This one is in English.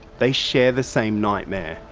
they share the same nightmare.